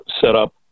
setup